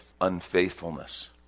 unfaithfulness